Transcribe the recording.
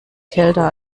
kälter